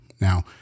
Now